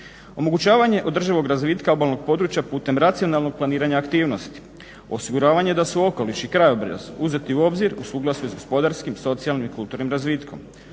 omogućavanje održivog razvitka obalnog područja putem racionalnog planiranja aktivnosti, osiguravanje da su okoliš i krajobraz uzeti u obzir u suglasju s gospodarskim, socijalnim i kulturnim razvitkom,